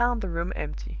and found the room empty.